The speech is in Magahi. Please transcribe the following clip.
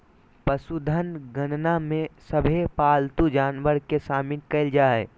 पशुधन गणना में सभे पालतू जानवर के शामिल कईल जा हइ